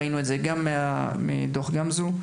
ראינו את זה גם מדוח גמזו.